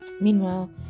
Meanwhile